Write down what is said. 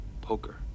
Poker